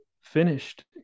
finished